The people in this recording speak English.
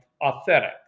authentic